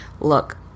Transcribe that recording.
look